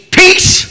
peace